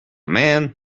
man